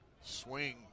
Swing